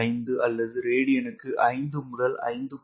5 அல்லது ரேடியனுக்கு 5 முதல் 5